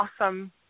awesome